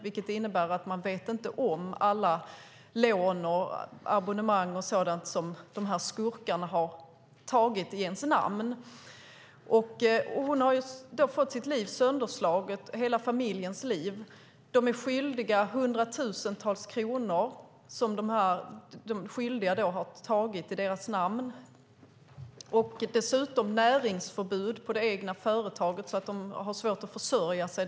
Det innebär att man inte vet om alla lån, abonnemang och sådant som skurkarna har tagit i ens namn. Hon har fått sitt och hela familjens liv sönderslaget. De är skyldiga hundratusentals kronor som de som gjort detta har tagit i deras namn. De har dessutom näringsförbud på det egna företaget så att de har svårt att försörja sig.